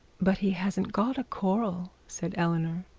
but he hasn't got a coral said eleanor.